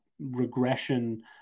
regression